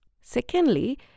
Secondly